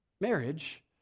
Marriage